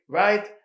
right